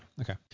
Okay